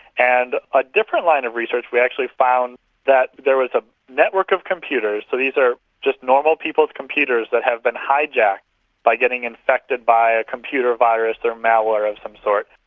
and in a different line of research we actually found that there was a network of computers. so these are just normal people's computers that have been hijacked by getting infected by a computer virus or malware of some sort,